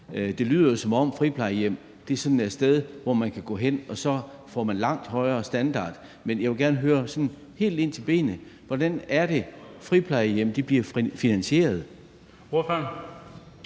Det lyder jo, som om friplejehjem sådan er et sted, hvor man kan gå hen, og så får man en langt højere standard. Men jeg vil gerne høre sådan helt ind til benet: Hvordan er det, friplejehjem bliver finansieret?